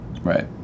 right